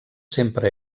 sempre